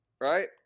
Right